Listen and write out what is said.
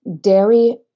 Dairy